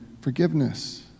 forgiveness